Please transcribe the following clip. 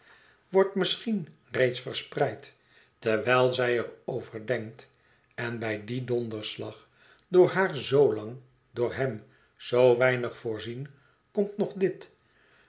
wordt misschien reeds verspreid terwijl zij er over denkt en bij dien donderslag door haar zoolang door hem zoo weinig voorzien komt nog dit